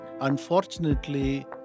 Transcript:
Unfortunately